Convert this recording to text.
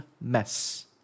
mess